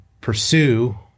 pursue